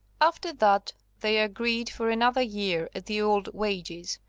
after that they agreed for another year at the old wages,